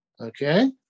Okay